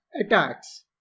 attacks